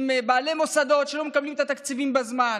עם בעלי מוסדות שלא מקבלים את התקציבים בזמן,